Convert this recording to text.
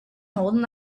holding